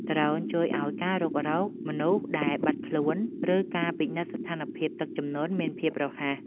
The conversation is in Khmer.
ដ្រូនជួយឱ្យការរុករកមនុស្សដែលបាត់ខ្លួន ឬការពិនិត្យស្ថានភាពទឹកជំនន់មានភាពរហ័ស។